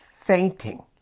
fainting